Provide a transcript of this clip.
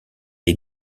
est